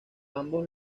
ambos